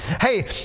Hey